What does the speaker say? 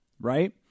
Right